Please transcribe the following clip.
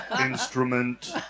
instrument